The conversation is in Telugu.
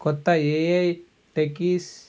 కొత్త ఏఐ టెకీస్